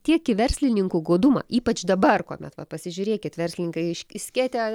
tiek į verslininkų godumą ypač dabar kuomet va pasižiūrėkit verslininkai išskėtę